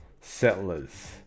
settlers